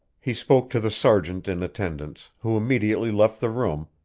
he spoke to the sergeant in attendance, who immediately left the room,